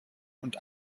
und